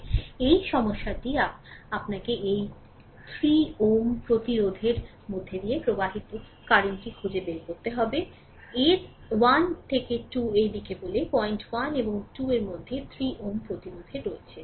সুতরাং এই সমস্যাটিই আপনাকে এই 3 Ω প্রতিরোধের মধ্য দিয়ে প্রবাহিত প্রবাহটি খুঁজে বের করতে হবে 1 থেকে 2 এই দিকে বলে 01 এবং 2 এর মধ্যে 3 Ω প্রতিরোধের রয়েছে